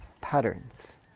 patterns